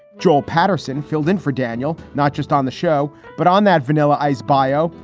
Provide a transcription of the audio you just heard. joel patterson filled in for daniel, not just on the show, but on that vanilla ice bio,